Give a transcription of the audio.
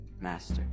Master